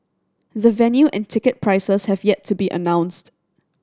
the venue and ticket prices have yet to be announced